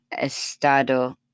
estado